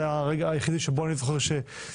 זה היה הרגע היחידי שבו אני זוכר סיטואציה